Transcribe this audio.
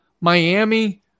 Miami